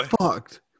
fucked